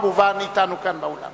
עברה